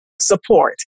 support